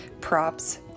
props